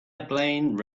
airplane